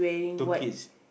two kids